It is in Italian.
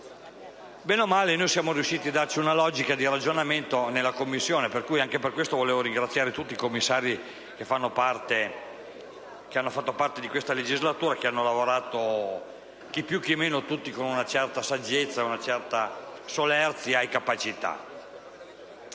bene o male siamo riusciti a darci una logica di ragionamento in Commissione, e anche per questo volevo ringraziare tutti i commissari che hanno operato in questa legislatura e che hanno lavorato tutti, chi più chi meno, con una certa saggezza, con una certa solerzia e capacità.